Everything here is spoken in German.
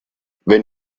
wenn